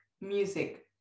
music